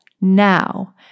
now